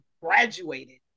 graduated